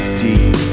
deep